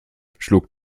schlug